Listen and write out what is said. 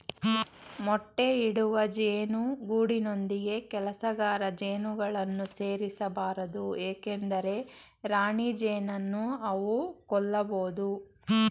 ಮೊಟ್ಟೆ ಇಡುವ ಜೇನು ಗೂಡಿನೊಂದಿಗೆ ಕೆಲಸಗಾರ ಜೇನುಗಳನ್ನು ಸೇರಿಸ ಬಾರದು ಏಕೆಂದರೆ ರಾಣಿಜೇನನ್ನು ಅವು ಕೊಲ್ಲಬೋದು